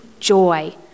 joy